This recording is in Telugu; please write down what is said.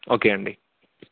ఓకే అండి